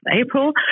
April